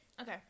Okay